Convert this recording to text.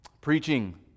Preaching